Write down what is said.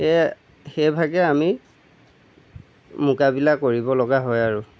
সেইভাগে আমি মোকাবিলা কৰিবলগা হয় আৰু